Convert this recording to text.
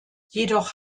jedoch